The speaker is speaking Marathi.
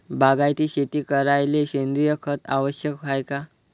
बागायती शेती करायले सेंद्रिय खत आवश्यक हाये का?